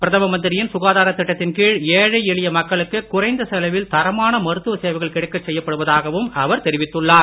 பிரதம மந்திரியின் சுகாதார திட்டத்தின் கீழ் ஏழை எளிய மக்களுக்கு குறைந்த செலவில் தரமான மருத்துவ சேவைகள் கிடைக்கச் செய்யப்படுவதாகவும் அவர் தெரிவித்துள்ளார்